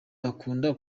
bakunda